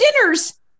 dinners